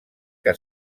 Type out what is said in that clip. que